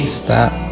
stop